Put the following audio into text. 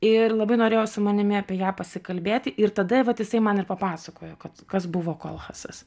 ir labai norėjo su manimi apie ją pasikalbėti ir tada vat jisai man ir papasakojo kad kas buvo kolchasas